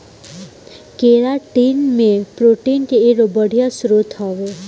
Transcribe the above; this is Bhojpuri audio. केराटिन भी प्रोटीन के एगो बढ़िया स्रोत हवे